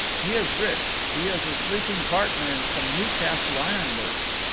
he is rich he is a sleeping partner in some newcastle iron works,